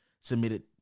submitted